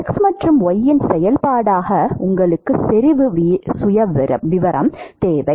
x மற்றும் y இன் செயல்பாடாக உங்களுக்கு செறிவு சுயவிவரம் தேவை